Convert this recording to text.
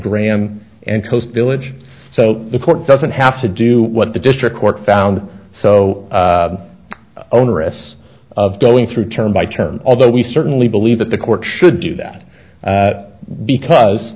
graham and coast village so the court doesn't have to do what the district court found so onerous of going through term by term although we certainly believe that the court should do that because